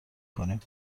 کنیم